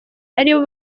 aribo